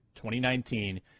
2019